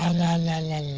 and la la la